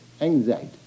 anxiety